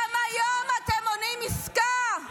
גם היום אתם מונעים עסקה.